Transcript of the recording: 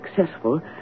successful